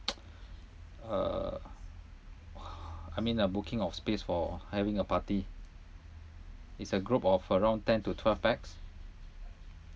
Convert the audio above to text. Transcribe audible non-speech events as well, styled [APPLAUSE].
[NOISE] uh [BREATH] I mean a booking of space for having a party it's a group of around ten to twelve pax